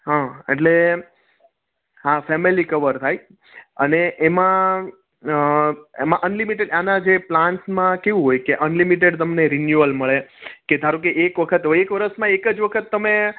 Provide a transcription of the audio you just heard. હં એટલે હા ફેમિલી કવર રાઇટ અને એમાં એમાં અનલિમિટેડ આના જે પ્લાન્સમાં કેવું હોય કે અનલિમિટેડ તમને રીન્યુઅલ મળે કે ધારો કે એક વખત હોય એક વર્ષમાં એક જ વખત તમે